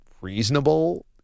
reasonable